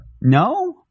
No